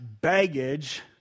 baggage